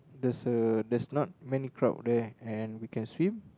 there's a there's not many crowd there and we can swim